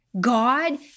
God